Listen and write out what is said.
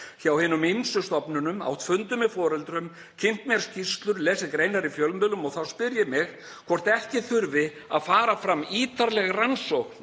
hjá hinum ýmsu stofnunum, átt fundi með foreldrum, kynnt mér skýrslur, lesið greinar í fjölmiðlum, þá spyr ég mig hvort ekki þurfi að fara fram ítarleg rannsókn